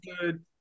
good